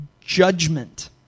judgment